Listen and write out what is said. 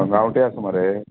गांवठी आसा मरे